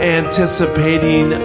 anticipating